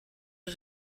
est